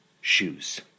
shoes